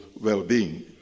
well-being